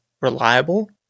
reliable